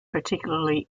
particularly